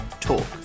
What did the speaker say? talk